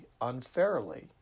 unfairly